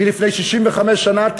היא מלפני 65 שנה,